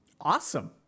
Awesome